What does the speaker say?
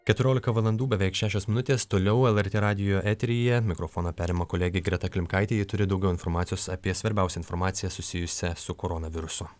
keturiolika valandų beveik šešios minutės toliau lrt radijo eteryje mikrofoną perima kolegė greta klimkaitė ji turi daugiau informacijos apie svarbiausią informaciją susijusią su koronavirusu